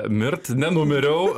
mirt nenumiriau